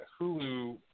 Hulu